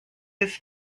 his